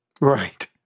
Right